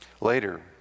Later